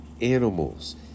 animals